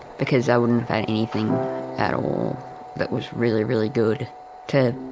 because i wouldn't have had anything at all that was really, really good to